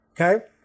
okay